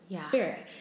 spirit